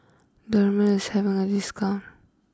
Dermale is having a discount